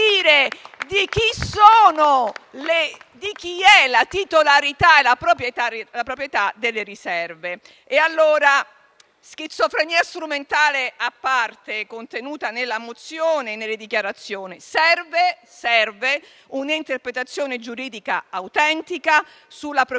di chi è la titolarità e la proprietà delle riserve. Schizofrenia strumentale a parte (contenuta nella mozione e nelle dichiarazioni), serve allora un'interpretazione giuridica autentica sulla proprietà e l'uso.